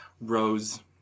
Rose